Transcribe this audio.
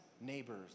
neighbors